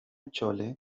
chole